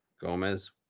Gomez